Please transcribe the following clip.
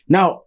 Now